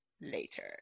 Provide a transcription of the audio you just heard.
later